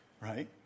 right